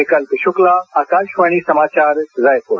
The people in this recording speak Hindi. विकल्प शुक्ला आकाशवाणी समाचार रायपुर